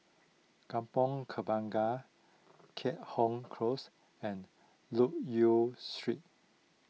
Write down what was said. Kampong Kembangan Keat Hong Close and Loke Yew Street